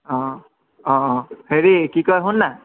অ অ অ হেৰি কি কয় শুননা